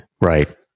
right